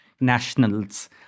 nationals